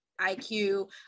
IQ